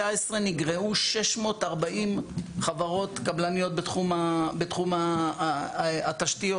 נגרעו 640 חברות קבלניות בתחום התשתיות,